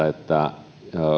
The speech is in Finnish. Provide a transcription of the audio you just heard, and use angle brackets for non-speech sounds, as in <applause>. <unintelligible> että